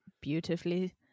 beautifully